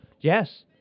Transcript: Yes